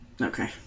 Okay